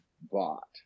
bought